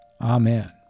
Amen